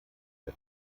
der